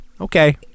Okay